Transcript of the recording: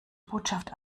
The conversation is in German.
botschaft